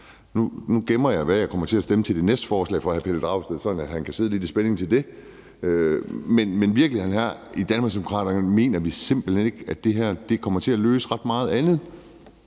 Nu gemmer jeg på, hvad jeg kommer til at stemme til det næste forslag fra hr. Pelle Dragsted, sådan at han kan sidde lidt i spænding og vente på det, men virkeligheden er, at i Danmarksdemokraterne mener vi simpelt hen ikke, at det her kommer til at løse ret meget andet,